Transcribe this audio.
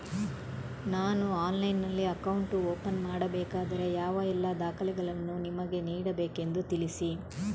ನಾನು ಆನ್ಲೈನ್ನಲ್ಲಿ account open ಮಾಡಬೇಕಾದರೆ ಯಾವ ಎಲ್ಲ ದಾಖಲೆಗಳನ್ನು ನಿಮಗೆ ನೀಡಬೇಕೆಂದು ತಿಳಿಸಿ?